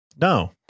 No